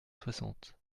soixante